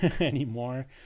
anymore